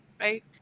right